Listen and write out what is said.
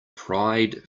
pride